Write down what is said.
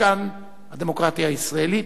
משכן הדמוקרטיה הישראלית,